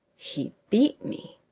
he beat me.